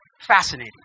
fascinating